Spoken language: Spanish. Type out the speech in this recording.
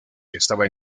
estaba